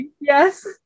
Yes